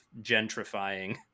gentrifying